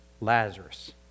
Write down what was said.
Lazarus